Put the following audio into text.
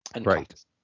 Right